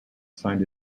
signed